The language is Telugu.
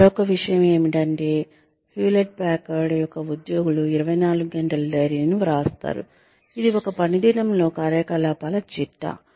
మరొక విషయం ఏమిటంటే హ్యూలెట్ ప్యాకర్డ్ యొక్క ఉద్యోగులు 24 గంటల డైరీలను వ్రాస్తారు ఇది ఒక పనిదినంలో కార్యకలాపాల చిట్టా